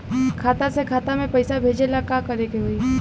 खाता से खाता मे पैसा भेजे ला का करे के होई?